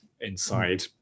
inside